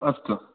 अस्तु